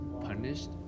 punished